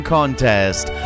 Contest